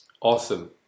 Awesome